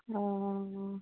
অঁ অঁ